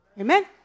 Amen